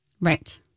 Right